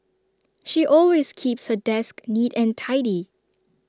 she always keeps her desk neat and tidy